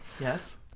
Yes